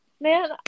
man